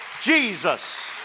Jesus